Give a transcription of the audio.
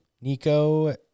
Nico